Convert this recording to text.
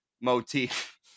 motif